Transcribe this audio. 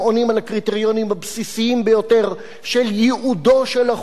על הקריטריונים הבסיסיים ביותר של ייעודו של החוג.